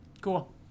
Cool